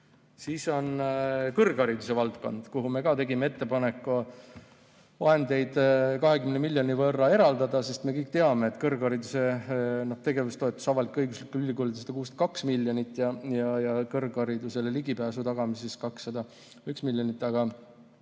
Siis on kõrghariduse valdkond, kuhu me ka tegime ettepaneku 20 miljonit eraldada, sest me kõik teame, et kõrghariduse tegevustoetus avalik-õiguslikel ülikoolidel on 162 miljonit ja kõrgharidusele ligipääsu tagamiseks on 201 miljonit.